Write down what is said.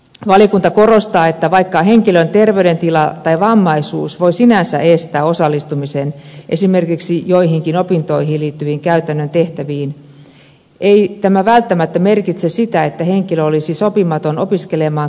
valiokunta korostaa että vaikka henkilön terveydentila tai vammaisuus voi sinänsä estää osallistumisen esimerkiksi joihinkin opintoihin liittyviin käytännön tehtäviin ei tämä välttämättä merkitse sitä että henkilö olisi sopimaton opiskelemaan kyseistä alaa